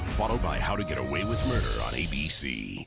followed by how to get away with murder. on abc.